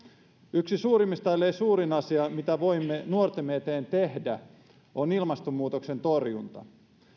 yksi suurimmista ellei suurin asia mitä voimme nuortemme eteen tehdä on ilmastonmuutoksen torjunta